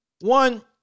one—